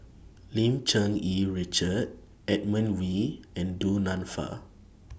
Lim Cherng Yih Richard Edmund Wee and Du Nanfa